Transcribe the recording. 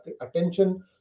attention